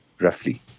roughly